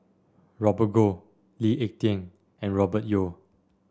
Robert Goh Lee Ek Tieng and Robert Yeo